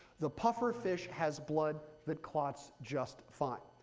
the puffer fish has blood that clots just fine.